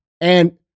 And-